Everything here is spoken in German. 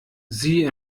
sie